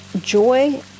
joy